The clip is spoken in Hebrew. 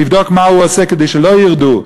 שיבדוק מה הוא עושה כדי שלא ירדו.